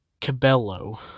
Cabello